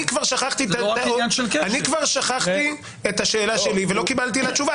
אני כבר שכחתי את השאלה שלי ולא קיבלתי עליה תשובה.